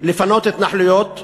לפנות התנחלויות,